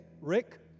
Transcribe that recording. Rick